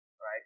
right